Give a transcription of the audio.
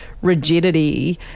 rigidity